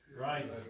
Right